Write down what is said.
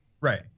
Right